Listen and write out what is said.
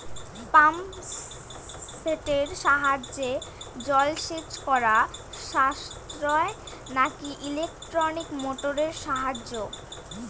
Pump সেটের সাহায্যে জলসেচ করা সাশ্রয় নাকি ইলেকট্রনিক মোটরের সাহায্যে?